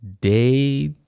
Day